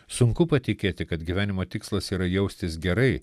sunku patikėti kad gyvenimo tikslas yra jaustis gerai